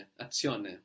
Azione